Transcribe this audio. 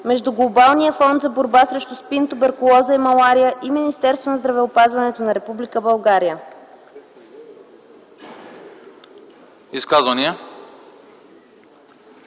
между Глобалния фонд за борба срещу СПИН, туберкулоза и малария и Министерство на здравеопазването на Република